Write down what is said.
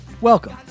Welcome